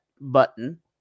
button